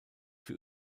für